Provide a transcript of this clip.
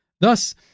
Thus